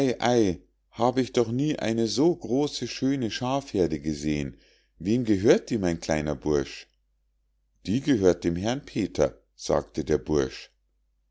hab ich doch nie eine so große schöne schafheerde gesehen wem gehört die mein kleiner bursch die gehört dem herrn peter sagte der bursch